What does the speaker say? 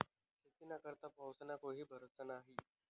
शेतीना करता पाऊसना काई भरोसा न्हई